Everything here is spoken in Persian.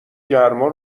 گرما